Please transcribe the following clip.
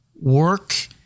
work